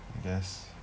yes